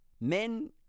Men